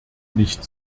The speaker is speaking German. nicht